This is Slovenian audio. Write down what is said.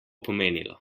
pomenilo